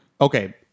Okay